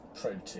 protein